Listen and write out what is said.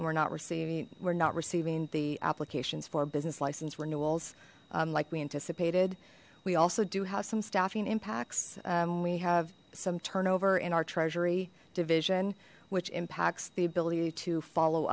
and we're not receiving we're not receiving the applications for business license renewals like we anticipated we also do have some staffing impacts we have some turnover in our treasury division which impacts the ability to follow